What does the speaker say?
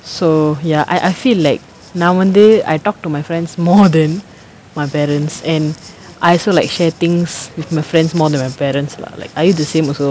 so ya I I feel like nowadays I talk to my friends more than my parents and I also like share things with my friends more than my parents lah like are you the same also